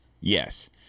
Yes